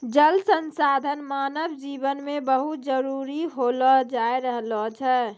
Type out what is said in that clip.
जल संसाधन मानव जिवन मे बहुत जरुरी होलो जाय रहलो छै